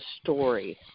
story